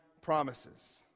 promises